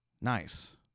Nice